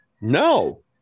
No